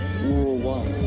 worldwide